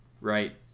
right